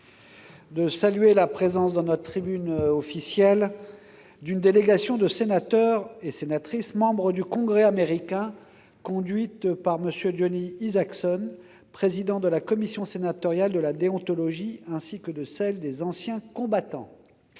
de saluer la présence, dans notre tribune officielle, d'une délégation de sénateurs et de sénatrices, membres du Congrès américain, conduite par M. Johnny Isakson, président de la commission sénatoriale de la déontologie ainsi que de celle des anciens combattants.